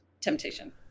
temptation